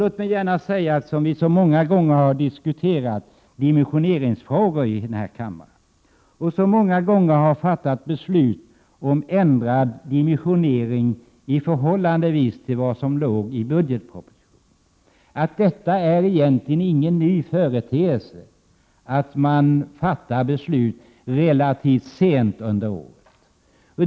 Låt mig gärna säga att vi många gånger har diskuterat dimensioneringsfrågor i denna kammare och så många gånger fattat beslut om ändrad dimensionering i förhållande till det i budgeten framlagda förslaget att det egentligen inte är en ny företeelse att man fattar beslut relativt sent under året.